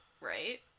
Right